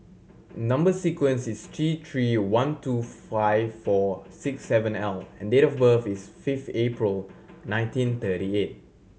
number sequence is T Three one two five four six seven L and date of birth is fifth April nineteen thirty eight